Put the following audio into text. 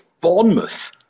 Bournemouth